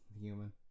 human